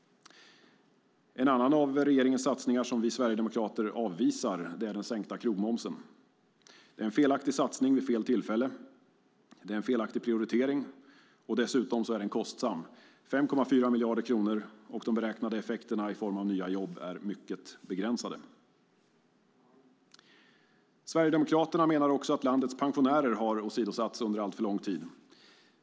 En annan av regeringens satsningar som vi sverigedemokrater avvisar är den sänkta krogmomsen. Det är en felaktig satsning vid fel tillfälle. Det är en felaktig prioritering, och dessutom är den kostsam. Den kostar 5,4 miljarder kronor, och de beräknade effekterna i form av nya jobb är mycket begränsade. Sverigedemokraterna menar att landets pensionärer har åsidosatts under alltför lång tid.